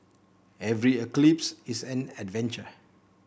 every eclipse is an adventure